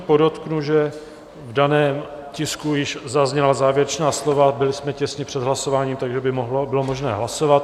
Podotknu, že v daném tisku již zazněla závěrečná slova, byli jsme těsně před hlasováním, takže by bylo možné hlasovat.